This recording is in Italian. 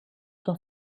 sua